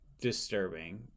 disturbing